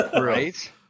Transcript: Right